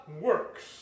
works